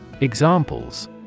Examples